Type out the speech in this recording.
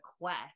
quest